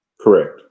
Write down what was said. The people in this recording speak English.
Correct